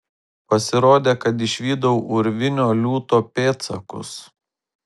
pasirodė kad išvydau urvinio liūto pėdsakus